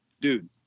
Dude